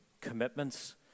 Commitments